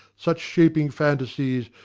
such shaping fantasies,